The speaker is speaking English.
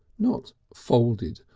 not folded,